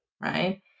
right